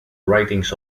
writings